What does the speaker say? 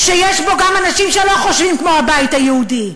שיש בו גם אנשים שלא חושבים כמו הבית היהודי,